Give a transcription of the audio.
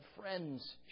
friends